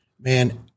Man